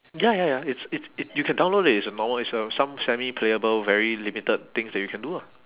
ya ya ya it's it's it you can download it it's a normal it's a some semi playable very limited things that you can do ah